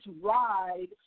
ride